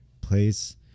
place